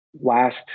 last